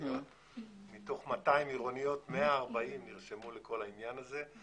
מתוך 200 עירוניות 140 נרשמו לעניין הזה.